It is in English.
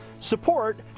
support